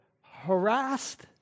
harassed